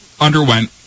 underwent